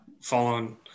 following